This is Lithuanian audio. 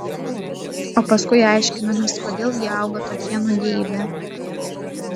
o paskui aiškinamės kodėl jie auga tokie nugeibę